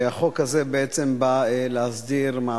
הכסף, וגם